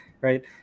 Right